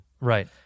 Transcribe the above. Right